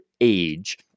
age